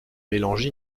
mélange